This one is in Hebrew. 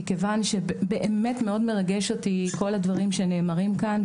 מכיוון שבאמת מאוד מרגש אותי כל הדברים שנאמרים כאן,